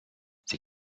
sie